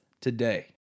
today